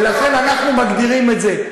ולכן אנחנו מגדירים את זה.